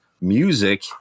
Music